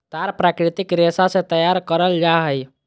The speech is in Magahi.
तार प्राकृतिक रेशा से तैयार करल जा हइ